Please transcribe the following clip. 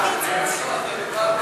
ההצעה להעביר את הצעת חוק